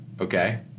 Okay